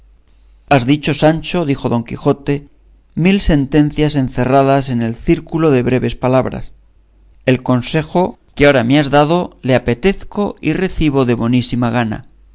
has dicho sancho dijo don quijote mil sentencias encerradas en el círculo de breves palabras el consejo que ahora me has dado le apetezco y recibo de bonísima gana